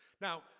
Now